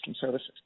services